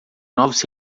novos